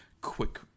quick